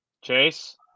Chase